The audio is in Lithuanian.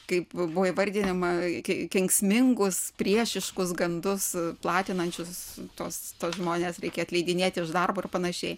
kaip buvo įvardijama ken kenksmingus priešiškus gandus platinančius tuos žmones reikia atleidinėti iš darbo ir panašiai